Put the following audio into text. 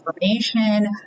information